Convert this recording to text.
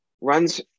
runs